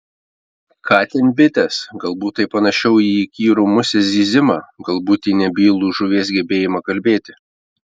ką ten bitės galbūt tai panašiau į įkyrų musės zyzimą galbūt į nebylų žuvies gebėjimą kalbėti